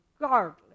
regardless